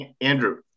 Andrew